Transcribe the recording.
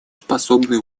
способны